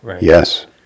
Yes